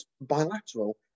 bilateral